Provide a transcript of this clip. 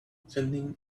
sending